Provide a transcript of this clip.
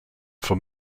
for